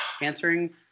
answering